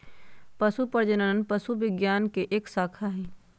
पशु प्रजनन पशु विज्ञान के एक शाखा हई